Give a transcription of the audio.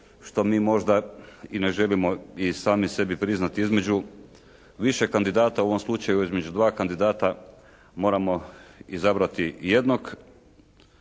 što mi možda i ne želimo i sami sebi priznati. Između više kandidata, u ovom slučaju između dva kandidata moramo izabrati jednog